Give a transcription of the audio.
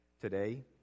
today